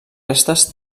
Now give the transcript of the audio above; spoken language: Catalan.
restes